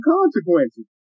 consequences